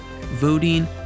voting